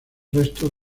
restos